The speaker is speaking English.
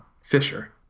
Fisher